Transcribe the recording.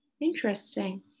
Interesting